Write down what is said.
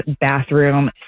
bathroom